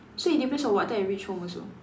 so it depends on what time I reach home also